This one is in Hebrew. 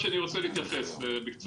לזה אני רוצה להתייחס ובקצרה.